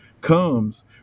comes